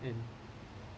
and